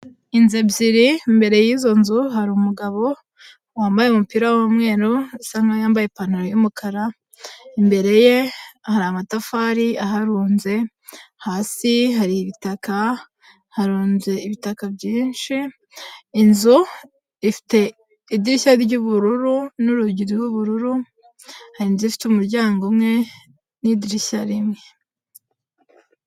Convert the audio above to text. Inzu ebyiri, imbere y'izo nzu hari umugabo, wambaye umupira w'umweru, asa nkaho yambaye ipantaro y'umukara, imbere ye hari amatafari aharunze, hasi hari ibitaka, harunze ibitaka byinshi, inzu ifite idirishya ry'ubururu n'urugi rw'ubururu; hari inzu ifite umuryango umwe n'idirishya rimwe.